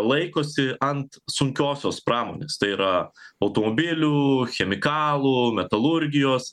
laikosi ant sunkiosios pramonės tai yra automobilių chemikalų metalurgijos